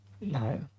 no